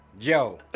yo